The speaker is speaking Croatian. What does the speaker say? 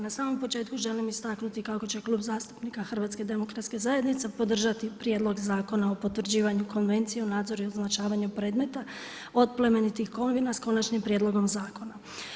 Na samom početku želim istaknuti kak će Klub Zastupnika HDZ-a podržati Prijedlog Zakona o potvrđivanju Konvencije o nadzoru i označivanju predmeta od plemenitih kovina s konačnim prijedlogom zakona.